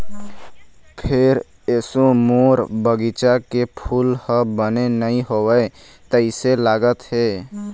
फेर एसो मोर बगिचा के फूल ह बने नइ होवय तइसे लगत हे